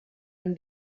amb